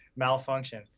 malfunctions